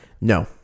No